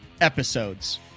episodes